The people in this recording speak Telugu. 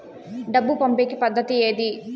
డబ్బు పంపేకి పద్దతి ఏది